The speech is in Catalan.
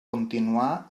continuar